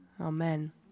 Amen